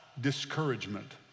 discouragement